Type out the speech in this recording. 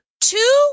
two